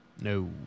No